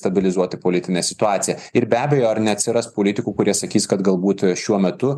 stabilizuoti politinę situaciją ir be abejo ar neatsiras politikų kurie sakys kad galbūt šiuo metu